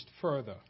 further